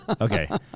Okay